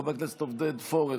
חבר הכנסת עודד פורר,